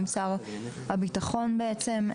עם שר הבטחון בעצם,